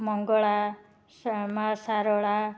ମଙ୍ଗଳା ମା' ଶାରଳା